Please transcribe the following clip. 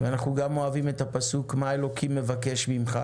ואנחנו אוהבים גם את הפסוק: מה אלוקים מבקש ממך